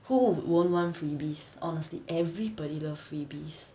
who won't want freebies honestly everybody love freebies